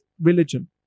religion